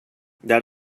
that